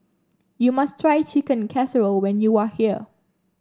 you must try Chicken Casserole when you are here